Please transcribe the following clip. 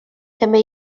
també